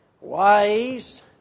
wise